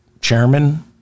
Chairman